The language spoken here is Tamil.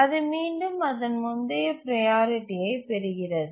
அது மீண்டும் அதன் முந்தைய ப்ரையாரிட்டியை பெறுகிறது